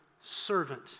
servant